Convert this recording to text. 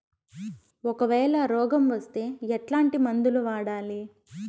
ఒకవేల రోగం వస్తే ఎట్లాంటి మందులు వాడాలి?